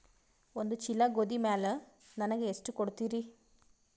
ಒಂದ ಚೀಲ ಗೋಧಿ ಮ್ಯಾಲ ನನಗ ಎಷ್ಟ ಕೊಡತೀರಿ?